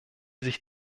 sich